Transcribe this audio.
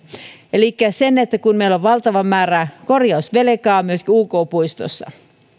kun meillä on valtava määrä korjausvelkaa myös uk puistossa